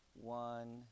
one